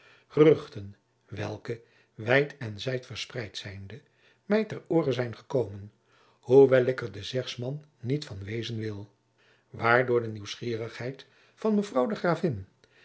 geruchten welke wijd en zijd verspreid zijnde mij ter oore zijn gekomen hoewel ik er de zegsman niet van wezen wil waardoor de nieuwsgierigheid van mevrouw de gravin